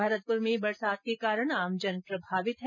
भरतपुर में बरसात के कारण आमजन प्रभावित हुआ है